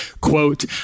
quote